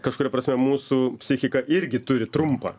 kažkuria prasme mūsų psichika irgi turi trumpą